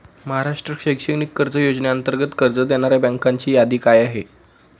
महाराष्ट्र शैक्षणिक कर्ज योजनेअंतर्गत कर्ज देणाऱ्या बँकांची यादी काय आहे?